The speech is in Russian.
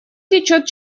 течёт